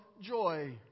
joy